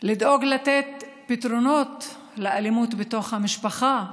לדאוג לתת פתרונות לאלימות בתוך המשפחה,